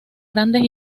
grandes